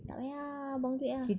tak payah ah buang duit ah